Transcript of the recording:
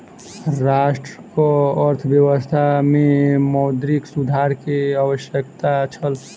राष्ट्रक अर्थव्यवस्था में मौद्रिक सुधार के आवश्यकता छल